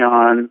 on